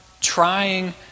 trying